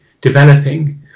developing